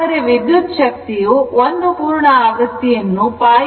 ಆದರೆ ವಿದ್ಯುತ್ ಶಕ್ತಿಯು ಒಂದು ಪೂರ್ಣ ಆವೃತ್ತಿಯನ್ನು π